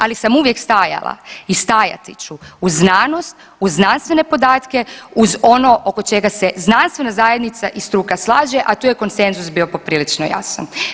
Ali sam uvijek stajala i stajati ću uz znanost, uz znanstvene podatke, uz ono oko čega se znanstvena zajednica i struka slaže a tu je konsenzus bio poprilično jasan.